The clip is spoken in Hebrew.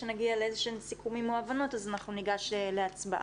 שנגיע לאיזה שהם סיכומים או הבנות אז אנחנו ניגש להצבעה.